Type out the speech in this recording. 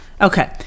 okay